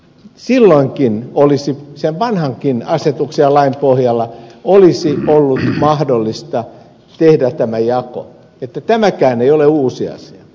sen vanhankin asetuksen ja lain pohjalta olisi ollut mahdollista tehdä tämä jako niin että tämäkään ei ole uusi asia